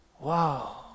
Wow